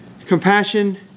Compassion